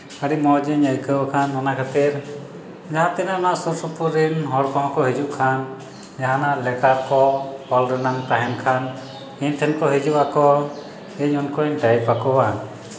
ᱟᱹᱰᱤ ᱢᱚᱡᱽ ᱤᱧ ᱟᱹᱭᱠᱟᱹᱣ ᱠᱷᱟᱱ ᱚᱱᱟ ᱠᱷᱟᱹᱛᱤᱨ ᱡᱟᱦᱟᱸ ᱛᱤᱱᱟᱹᱜ ᱚᱱᱟ ᱥᱩᱨ ᱥᱩᱯᱩᱨ ᱨᱮᱱ ᱦᱚᱲ ᱠᱚ ᱦᱚᱸ ᱠᱚ ᱦᱤᱡᱩᱜ ᱠᱷᱟᱱ ᱡᱟᱦᱟᱱᱟᱜ ᱞᱮᱴᱟᱨ ᱠᱚ ᱚᱞ ᱨᱮᱱᱟᱜ ᱛᱟᱦᱮᱱ ᱠᱷᱟᱱ ᱤᱧ ᱴᱷᱮᱱ ᱠᱚ ᱦᱤᱡᱩᱜ ᱟᱠᱚ ᱤᱧ ᱩᱱᱠᱩᱧ ᱴᱟᱭᱤᱯ ᱟᱠᱚᱣᱟ